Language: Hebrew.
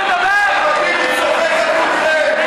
הוא צוחק על כולכם,